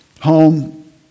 home